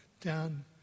down